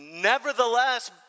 nevertheless